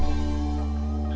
um